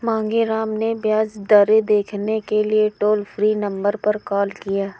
मांगेराम ने ब्याज दरें देखने के लिए टोल फ्री नंबर पर कॉल किया